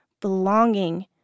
belonging